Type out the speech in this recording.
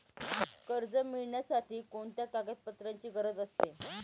कर्ज मिळविण्यासाठी कोणत्या कागदपत्रांची गरज असते?